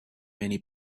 many